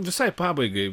visai pabaigai